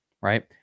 Right